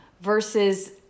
versus